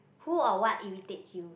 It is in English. who or what irritates you